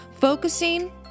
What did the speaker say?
focusing